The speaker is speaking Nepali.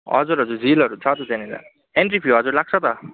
हजुर हजुर झिलहरू छ त त्यहाँनिर एन्ट्री फी हजुर लाग्छ त